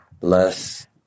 less